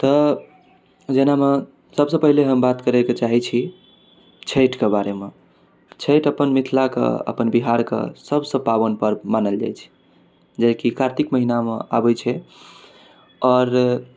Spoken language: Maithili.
तऽ जेनामे सबसँ पहिले हम बात करैके चाहै छी छठिके बारेमे छठि अपन मिथिलाके अपन बिहारके सबसँ पावन पर्व मानल जाइ छै जेकि कातिक महिनामे आबै छै आओर